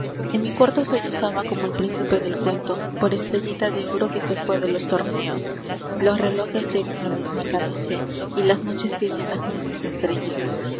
mi cuarto sollozaba como el príncipe del cuento por estrellita de oro que se fué de los torneos los relojes llevan la misma cadencia y las noches tienen las mismas estrellas